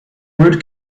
route